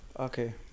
Okay